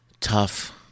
tough